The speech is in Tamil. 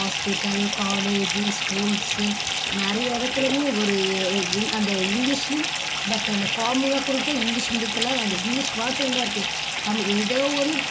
ஹாஸ்பிட்டல் காலேஜி ஸ்கூல்ஸு நிறையா எடத்துலயுமே ஒரு அந்த இங்கிலீஷ்லேயும் பட் இந்த ஃபார்முலா கொடுத்து இங்கிலீஷ் மீடியத்தில் அந்த இங்கிலீஷ் வார்த்தையுந்தான் இருக்குது தமிழ் ஏதோ ஒரு